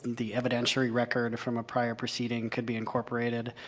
the evidentiary record from a prior proceeding could be incorporated?